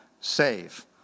save